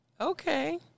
okay